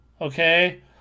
okay